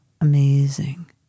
amazing